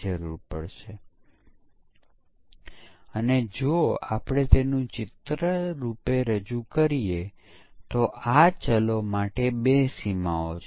જવાબ એ છે કે હા કોઈક તે કરી શકે છે પરંતુ તે ખૂબ ખર્ચાળ હશે